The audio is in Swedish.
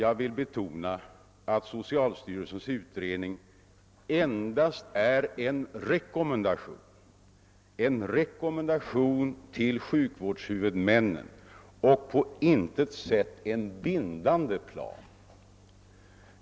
Jag vill betona att socialstyrelsens utredning endast är en rekommendation till sjukvårdshuvudmännen och på intet sätt en bindande plan.